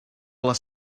les